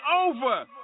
over